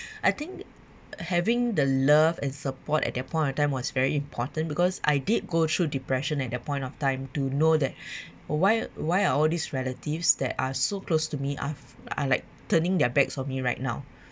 I think having the love and support at that point of time was very important because I did go through depression at that point of time to know that why why all these relatives that are so close to me are are like turning their backs on me right now